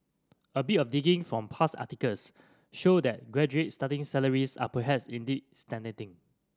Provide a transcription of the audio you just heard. a bit of digging from past articles show that graduate starting salaries are perhaps indeed stagnating